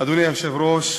אדוני היושב-ראש,